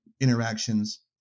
interactions